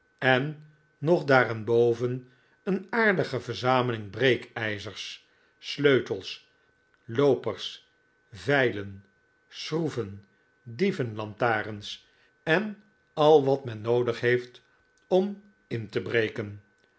en nog daarenboven eene aardige verzameling breekijzers sleutels loopers veilen schroeven dievenlantarens en al wat men noodig heeft om in te breken